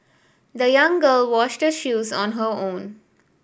the young girl washed her shoes on her own